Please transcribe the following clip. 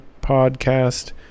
podcast